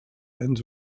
and